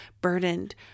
burdened